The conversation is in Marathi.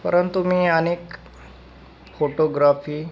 परंतु मी आनेक फोटोग्राफी